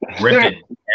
ripping